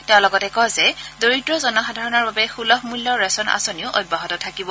তেওঁ লগতে কয় যে দৰিদ্ৰ জনসাধাৰণৰ বাবে সুলভ মূল্যৰ ৰেচন আঁচনিও অব্যাহত থাকিব